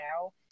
now